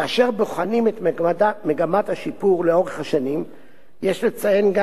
כאשר בוחנים את מגמת השיפור לאורך השנים יש לציין גם